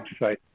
website